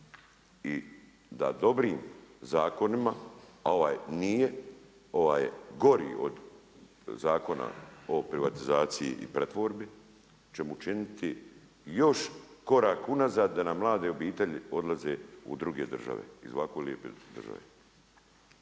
i da dobrim zakonima a ovaj nije, ovaj je gori od Zakona o privatizaciji i pretvorbi, ćemo učiniti još korak unazad da nam mlade obitelji odlaze u druge države iz ovako lijepe države.